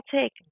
take